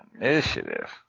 Initiative